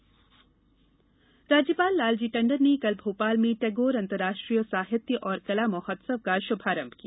कला महोत्सव राज्यपाल लालजी टंडन ने कल भोपाल में टैगोर अन्तर्राष्ट्रीय साहित्य और कला महोत्सव का शभारम्भ किया